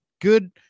good